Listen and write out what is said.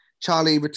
Charlie